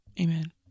Amen